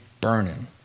burning